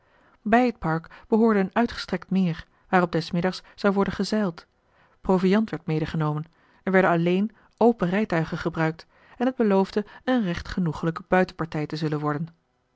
bij het park behoorde een uitgestrekt meer waarop des middags zou worden gezeild proviand werd medegenomen er werden alleén open rijtuigen gebruikt en het beloofde een recht genoegelijke buitenpartij te zullen worden